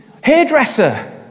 Hairdresser